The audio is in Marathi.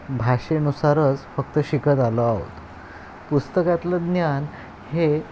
भाषेनुसारच फक्त शिकत आलो आहोत पुस्तकातलं ज्ञान हे